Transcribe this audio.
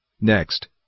Next